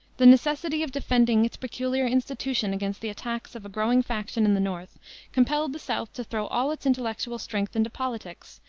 the necessity of defending its peculiar institution against the attacks of a growing faction in the north compelled the south to throw all its intellectual strength into politics,